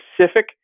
specific